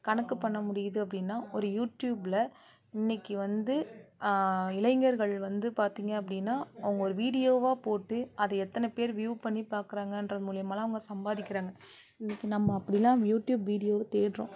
கணக்கு பண்ண முடியுது அப்படின்னா ஒரு யூடியூபில் இன்றைக்கு வந்து இளைஞர்கள் வந்து பார்த்திங்க அப்படின்னா அவங்க ஒரு வீடியோவாக போட்டு அதை எத்தனை பேர் வியூவ் பண்ணி பார்க்குறாங்கன்ற மூலயமாலாம் அவங்க சம்பாதிக்கிறாங்க இன்றைக்கு நம்ம அப்படிலாம் யூடியூப் வீடியோவை தேடுகிறோம்